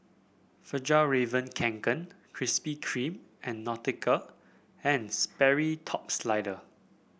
Fjallraven Kanken Krispy Kreme and Nautica And Sperry Top Sider